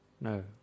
no